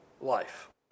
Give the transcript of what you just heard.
life